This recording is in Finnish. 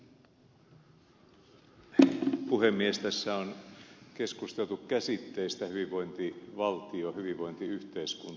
tässä on keskusteltu käsitteistä hyvinvointivaltio hyvinvointiyhteiskunta